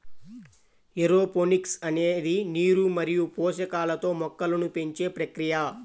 aeroponics అనేది నీరు మరియు పోషకాలతో మొక్కలను పెంచే ప్రక్రియ